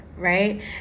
right